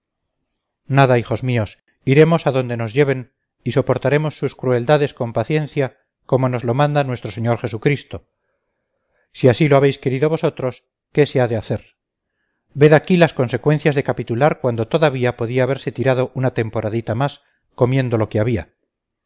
nada hijos míos iremos adonde nos lleven y soportaremos sus crueldades con paciencia como nos lo manda nuestro señor jesucristo si así lo habéis querido vosotros qué se ha de hacer ved aquí las consecuencias de capitular cuando todavía podía haberse tirado una temporadita más comiendo lo que había